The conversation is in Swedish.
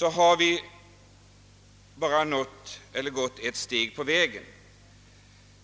har vi bara gått ett steg på vägen.